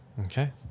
Okay